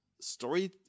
story